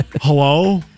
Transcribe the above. hello